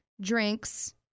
Drinks